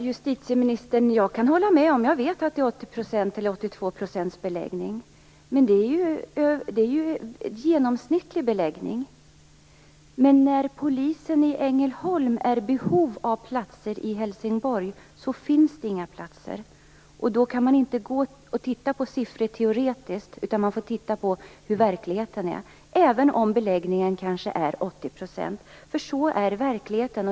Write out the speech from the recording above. Herr talman! Jag kan hålla med justitieministern. Jag vet att det är en beläggning på 82 %, men det är ju en genomsnittlig beläggning. När polisen i Ängelholm är i behov av platser i Helsingborg, så finns det inga platser. Man kan inte titta på siffror teoretiskt. Man får titta på hur verkligheten ser ut, även om beläggningen kanske är 80 %. Så är verkligheten.